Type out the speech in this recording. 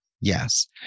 Yes